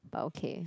but okay